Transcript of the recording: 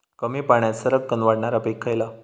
कमी पाण्यात सरक्कन वाढणारा पीक खयला?